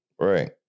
Right